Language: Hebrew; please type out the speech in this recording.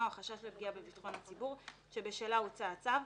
או החשש לפגיעה בביטחון הציבור שבשלה הוצא הצו,